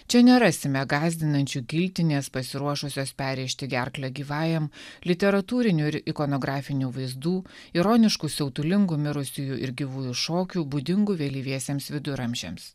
čia nerasime gąsdinančių giltinės pasiruošusios perrėžti gerklę gyvajam literatūrinių ir ikonografinių vaizdų ironiškų siautulingų mirusiųjų ir gyvųjų šokių būdingų vėlyviesiems viduramžiams